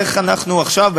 איך אנחנו עכשיו,